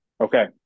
Okay